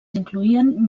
incloïen